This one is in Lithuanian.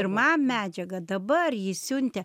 pirmam medžiagą dabar jį siuntė